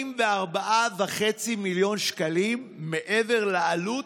44 וחצי מיליון שקלים מעבר לעלות,